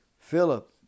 Philip